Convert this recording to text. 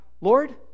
Lord